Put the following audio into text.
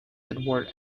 edward